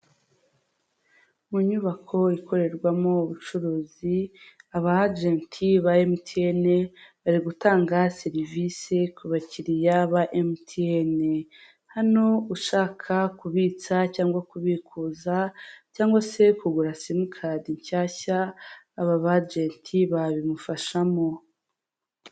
Mu nyubako ikorerwamo ubucuruzi aba ajenti ba emutiyene bari gutanga serivisi ku bakiriya ba emutiyene, hano ushaka kubitsa cyangwa kubikuza cyangwa se kugura simukadi nshyashya aba ajenti babigufashamo.